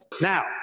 Now